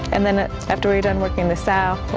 and then after we're done working the sow,